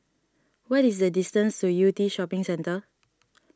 what is the distance to Yew Tee Shopping Centre